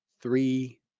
three